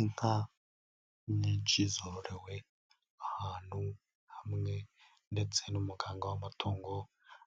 Inka nyinshi zororewe ahantu hamwe, ndetse n'umuganga w'amatungo,